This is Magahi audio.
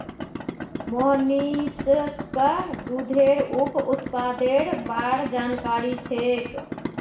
मोहनीशक दूधेर उप उत्पादेर बार जानकारी छेक